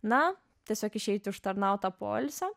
na tiesiog išeiti užtarnauto poilsio